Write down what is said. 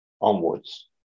onwards